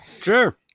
Sure